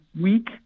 week